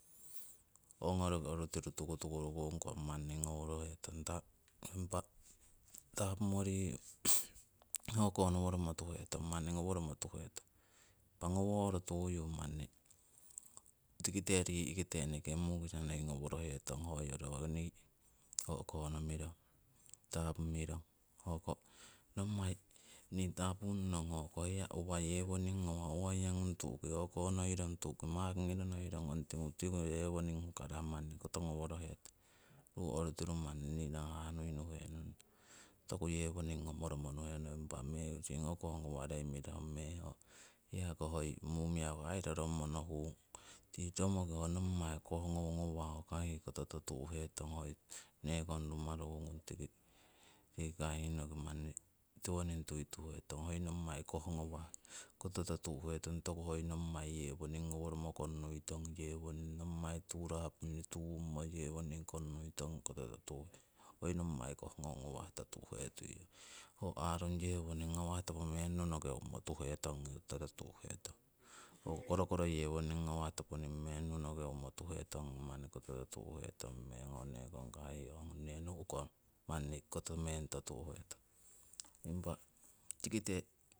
Hongo roki oru tiru tukutukurukung kong manni ngoworohetong impa tapumoriyu, o'konoworomo tuhetong manni ngoworomo tuhetong. Impa ngoworo tuyu manni tikite ri'kite eneke mukisa nei ngoworohetong hoyo ho nii o'konomirong tapumirong. Hoko nommai nii tapun nong hoko hiya uwa yewoning ngawah uwaiya ngung tu'ki makingiro nohirong ong tingu yewoning hukarah manni kotongoworohetong. Ru orutiru manni nii rahah nuinuhe nong toku yewoning ngomoromo nuhenong impa mekusing ho koh ngawarei mirahu meng hiyako aii hoi mumiaku aii rorongmo nohung tii romoki ho nommai koh ngawa ngawah aii koto totu'hetong hoi nekong rumaru tiki kahih noki manni tiwoning tuituhetong. Hoi nommai koh ngawah koto totu'hetong toku hoi nommai yewoning ngoworomo kongnuitong, yewoning nommai turapo tungmo yewoning kongnui tong tohu'hetong hoi nommai koh ngawah totu'hetong. Ho aarung yewoning ngawah topo meng nonokeumo tuhetong totu'etong koto totu; hetong, ho korokoro yewoning ngawah toponing meng runakeumo tuhetongi koto totu'hetong ong kahih nee nu'kong manni koto meng totu'hetong. Impa tikite